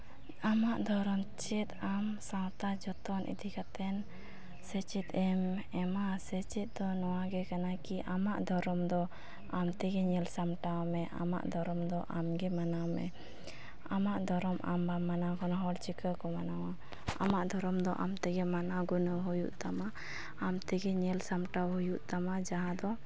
ᱟᱢᱟᱜ ᱫᱷᱚᱨᱚᱢ ᱪᱮᱫ ᱟᱢ ᱥᱟᱶᱛᱟ ᱡᱚᱛᱚᱱ ᱤᱫᱤ ᱠᱟᱛᱮᱱ ᱥᱮᱪᱮᱫ ᱮᱢ ᱮᱢᱟ ᱥᱮᱪᱮᱫ ᱫᱚ ᱱᱚᱣᱟ ᱜᱮ ᱠᱟᱱᱟ ᱠᱤ ᱟᱢᱟᱜ ᱫᱷᱚᱨᱚᱢ ᱫᱚ ᱟᱢ ᱛᱮᱜᱮ ᱧᱮᱞ ᱥᱟᱢᱴᱟᱣ ᱢᱮ ᱟᱢᱟᱜ ᱫᱷᱚᱨᱚᱢ ᱫᱚ ᱟᱢᱜᱮ ᱢᱟᱱᱟᱣ ᱢᱮ ᱟᱢᱟᱜ ᱫᱷᱚᱨᱚᱢ ᱟᱢ ᱵᱟᱢ ᱢᱟᱱᱟᱣ ᱠᱷᱟᱱ ᱦᱚᱲ ᱪᱤᱠᱟᱹ ᱠᱚ ᱢᱟᱱᱟᱣᱟ ᱟᱢᱟᱜ ᱫᱷᱚᱨᱚᱢ ᱫᱚ ᱟᱢᱛᱮᱜᱮ ᱢᱟᱱᱟᱣ ᱜᱩᱱᱟᱹᱣ ᱦᱩᱭᱩᱜ ᱛᱟᱢᱟ ᱟᱢ ᱛᱮᱜᱮ ᱧᱮᱞ ᱥᱟᱢᱴᱟᱣ ᱦᱩᱭᱩᱜ ᱛᱟᱢᱟ ᱡᱟᱦᱟᱸ ᱫᱚ